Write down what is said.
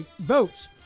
votes